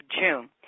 June